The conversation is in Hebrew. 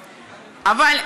אבל,